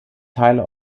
teile